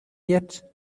yet